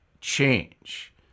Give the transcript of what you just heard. change